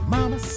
Mama